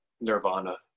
nirvana